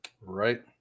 Right